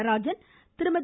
Natarajan Thirumathi